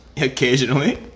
occasionally